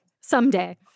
Someday